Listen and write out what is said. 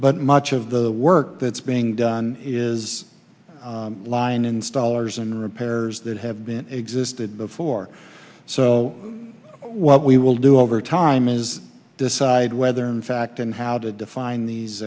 but much of the work that's being done is line installers and repairs that have been existed before so what we will do over time is decide whether in fact and how to define these